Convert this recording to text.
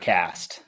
Cast